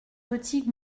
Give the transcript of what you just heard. petit